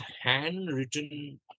handwritten